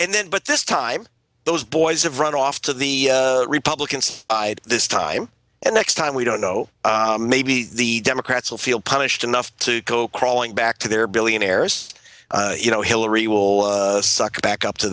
and then but this time those boys have run off to the republicans i had this time and next time we don't know maybe the democrats will feel punished enough to go crawling back to their billionaires you know hillary will suck back up to